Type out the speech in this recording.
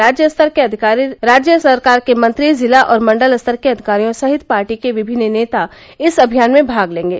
राज्य स्तर के अधिकारी राज्य सरकार के मंत्री जिला और मंडल स्तर के अधिकारियों सहित पार्टी के विभिन्न नेता इस अभियान में भाग लेंगे